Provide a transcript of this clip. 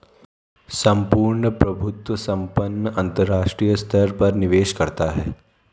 सम्पूर्ण प्रभुत्व संपन्न अंतरराष्ट्रीय स्तर पर निवेश करता है